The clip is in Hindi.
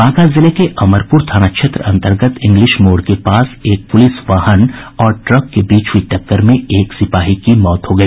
बांका जिले के अमरपुर थाना क्षेत्र अंतर्गत इंग्लिश मोड़ के पास एक पुलिस वाहन और ट्रक के बीच हुई टक्कर में एक सिपाही की मौत हो गई